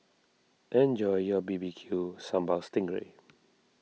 enjoy your B B Q Sambal Sting Ray